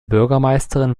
bürgermeisterin